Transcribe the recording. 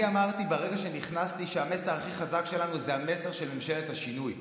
ברגע שנכנסתי אני אמרתי שהמסר הכי חזק שלנו הוא המסר של ממשלת השינוי,